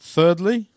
Thirdly